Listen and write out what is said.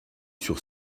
sur